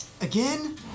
Again